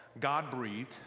God-breathed